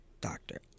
doctor